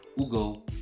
ugo